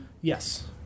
Yes